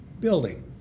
building